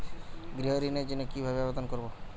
গৃহ ঋণ জন্য কি ভাবে আবেদন করব?